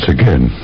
again